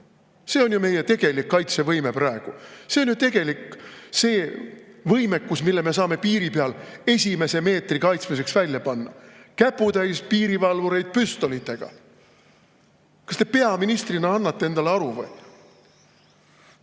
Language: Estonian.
See on meie tegelik kaitsevõime praegu. See on see võimekus, mille me saame piiri peal esimese meetri kaitsmiseks välja panna: käputäis piirivalvureid püstolitega. Kas te peaministrina annate sellest endale aru?